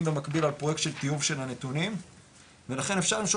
במקביל על פרוייקט של טיוב של הנתונים ולכן אפשר למשוך